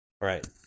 right